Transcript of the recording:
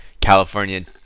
California